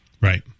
Right